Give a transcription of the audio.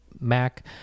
Mac